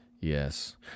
Yes